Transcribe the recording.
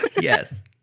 Yes